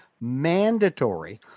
mandatory